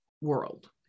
world